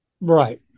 right